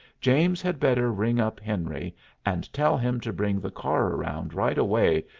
james had better ring up henry and tell him to bring the car around right away,